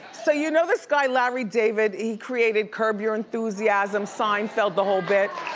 so you know this guy, larry david, he created curb your enthusiasm, seinfeld, the whole bit.